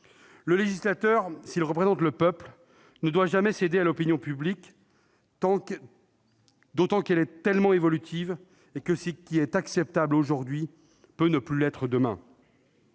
Le législateur, s'il représente le peuple, ne doit jamais céder à l'opinion publique, d'autant qu'elle est très évolutive : ce qui est acceptable aujourd'hui peut ne plus l'être demain.